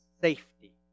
safety